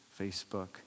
Facebook